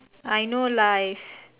I no life